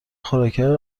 خوراکیهای